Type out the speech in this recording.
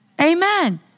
Amen